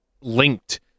linked